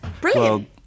Brilliant